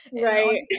right